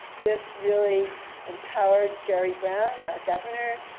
this really empowered jerry brown, our governor.